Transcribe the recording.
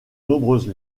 nombreuses